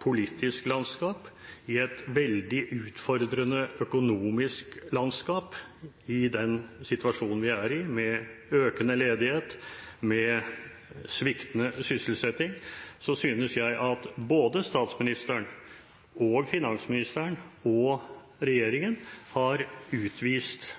politisk landskap, i et veldig utfordrende økonomisk landskap, i den situasjonen vi er i med økende ledighet og med sviktende sysselsetting, har både statsministeren, finansministeren og regjeringen utvist